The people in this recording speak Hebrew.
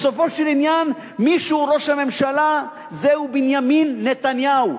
בסופו של עניין מי שהוא ראש הממשלה זהו בנימין נתניהו.